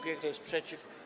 Kto jest przeciw?